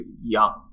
young